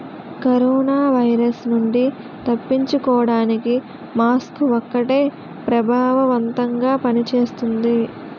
corona virus నుండి తప్పించుకోడానికి mask ఒక్కటే ప్రభావవంతంగా పని చేస్తుంది